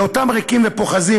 לאותם ריקים ופוחזים,